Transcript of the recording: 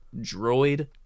Droid